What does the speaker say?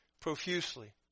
profusely